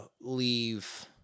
leave